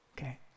Okay